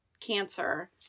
cancer